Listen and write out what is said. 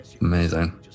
Amazing